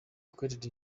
located